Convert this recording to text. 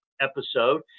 episode